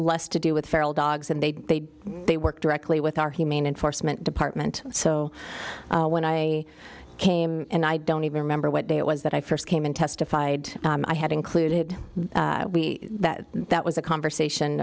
less to do with feral dogs and they they work directly with our humane enforcement department so when i came in i don't even remember what day it was that i first came in testified i had included that that was a conversation